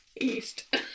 east